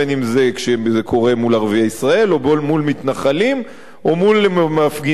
בין שזה קורה מול ערביי ישראל או מול מתנחלים או מול מפגינים,